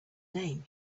name